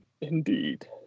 Indeed